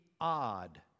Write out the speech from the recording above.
odd